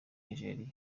nigeria